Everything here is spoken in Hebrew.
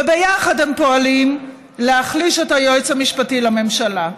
וביחד הם פועלים להחליש את היועץ המשפטי לממשלה.